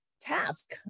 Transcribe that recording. task